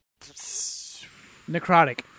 Necrotic